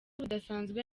budasanzwe